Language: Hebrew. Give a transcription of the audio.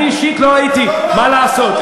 אני אישית לא הייתי, מה לעשות.